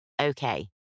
Okay